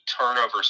turnovers